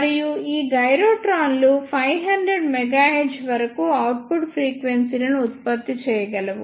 మరియు ఈ గైరోట్రాన్లు 500 MHz వరకు అవుట్పుట్ ఫ్రీక్వెన్సీలను ఉత్పత్తి చేయగలవు